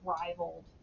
rivaled